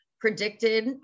predicted